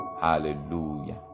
Hallelujah